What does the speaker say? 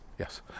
Yes